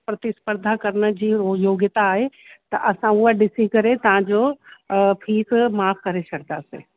प्रतिसपर्धा करण जी यो योग्यता आहे त असां उहा ॾिसी करे तव्हांजो फ़ीस माफ़ु करे छड़िंदासीं